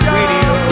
radio